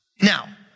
Now